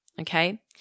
okay